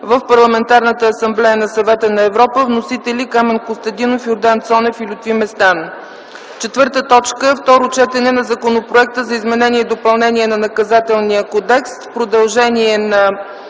в Парламентарната асамблея на Съвета на Европа. Вносители: Камен Костадинов, Йордан Цонев и Лютви Местан. 4. Второ четене на законопроекта за изменение и допълнение на Наказателния кодекс - продължение на